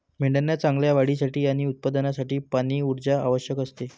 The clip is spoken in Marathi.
मेंढ्यांना चांगल्या वाढीसाठी आणि उत्पादनासाठी पाणी, ऊर्जा आवश्यक असते